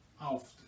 often